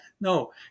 No